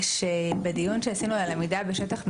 שבדיון שעשינו על עמידה בשטח מחייה,